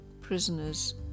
prisoners